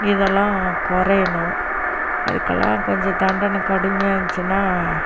இதெல்லாம் குறையணும் அதுக்கெல்லாம் கொஞ்சம் தண்டனை கடுமையாக இருந்துச்சுனா